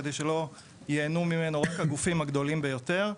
כדי שלא ייהנו ממנו רק הגופים הגדולים ביותר,